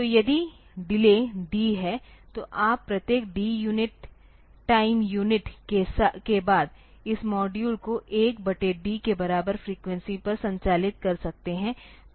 तो यदि delay D है तो आप प्रत्येक D टाइम यूनिट के बाद इस मॉड्यूल को 1 बटे D के बराबर फ्रीक्वेंसी पर संचालित कर सकते हैं